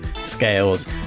Scales